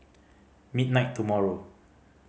midnight tomorrow